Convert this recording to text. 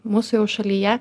mūsų jau šalyje